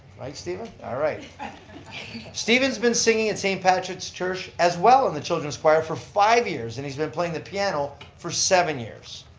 alright steven? alright. and steven's been singing at st. patrick's church as well in the children's choir for five years. and he's been playing the piano for seven years.